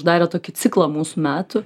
uždarė tokį ciklą mūsų metų